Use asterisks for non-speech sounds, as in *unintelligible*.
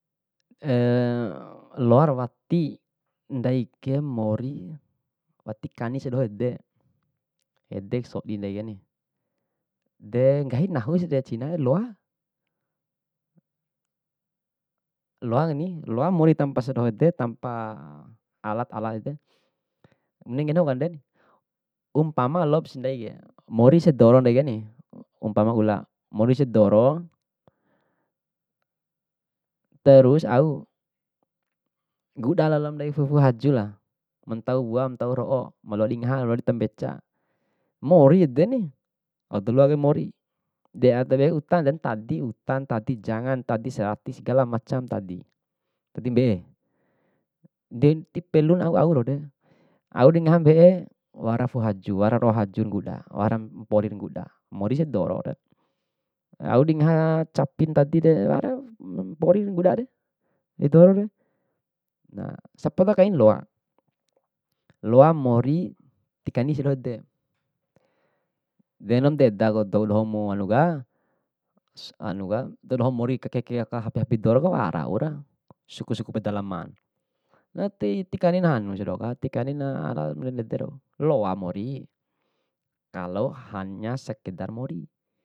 *hesitation* loar wati, ndaike mori wati kani sia doho ede, edeku sodi ndaikeni. De nggahi nahu si cinae, loa loani mori tanpa sia dohore tanpa alat alat ede. *unintelligible* umpama loap sindaike, more se doro ndaikeni, umpama hula, mori ese doro. Terus au, ngguda lalo bandai fu'u fu'u hajula, mantau wua mantau ro'o, maloa dingaha maloa di uta mbeca, mori edeni au daloa kai mori. De a tabeku utande, tadi utan, tadi janga, tadi serati, segala macam tadi *unintelligible* den tiperluna au au rauke, au dingaha mbe'e, wara fu'u haju, wara ro'o haju ra nguda, wara mpori ra nguda, mori ese dorore. Au dingaha capi ntadire wara mpori ngudare di dorore, na, sapoda kain loa, loa mori tikani sia doho de, de indomu da edaku dou doho mu hanuka hanuka dou doho ma mori kakeke hapi hapi doro waraka, suku suku pedalaman, ti ti kanina hanu sia dohoka tikanina mandede doho, loar mori kalo hanya sekedar mori.